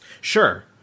Sure